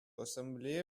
ассамблея